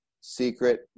secret